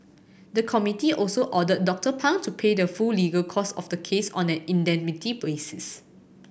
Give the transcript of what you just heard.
the committee also ordered Doctor Pang to pay the full legal cost of the case on an indemnity basis